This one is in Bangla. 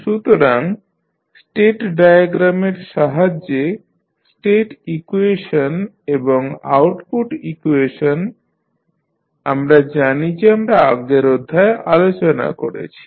সুতরাং স্টেট ডায়াগ্রামের সাহায্যে স্টেট ইকুয়েশন এবং আউটপুট ইকুয়েশন আমরা জানি যে আমরা আগের অধ্যায়ে আলোচনা করেছি